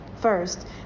First